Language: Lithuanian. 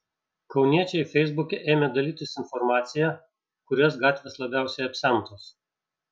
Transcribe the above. kauniečiai feisbuke ėmė dalytis informacija kurios gatvės labiausiai apsemtos